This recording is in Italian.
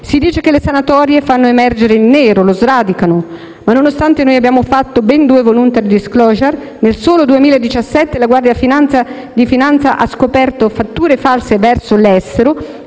Si dice che le sanatorie fanno emergere il nero e lo sradicano, ma nonostante siano state fatte ben due *voluntary disclosure*, nel solo 2017 la Guardia di finanza ha scoperto fatture false verso l'estero